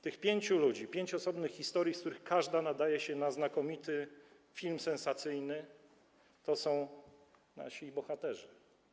Tych pięciu ludzi, pięć osobnych historii, z których każda nadaje się na znakomity film sensacyjny, to są nasi bohaterzy.